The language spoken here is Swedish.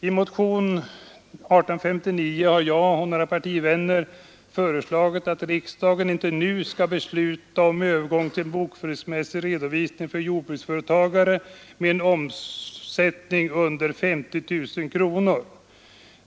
I motionen 1859 har jag och några partivänner föreslagit att riksdagen inte nu skulle besluta om övergång till bokföringsmässig redovisning för jordbruksföretagare med en omsättning under 50 000 kronor.